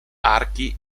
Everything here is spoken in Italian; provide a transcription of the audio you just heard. archi